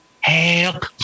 Help